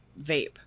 vape